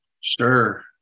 Sure